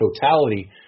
totality